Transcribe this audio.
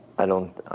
i don't